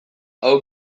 hau